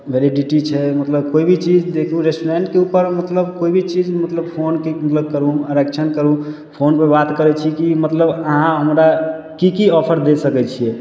validity छै मतलब कोइ भी चीज देखू रेस्टोरेन्टके उपर मतलब कोइ भी चीज मतलब फोनके रूम आरक्षण करू फोनपर बात करय छी कि मतलब अहाँ हमरा की की ऑफर दे सकय छियै